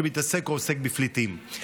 שעוסק בפליטים,